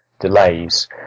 delays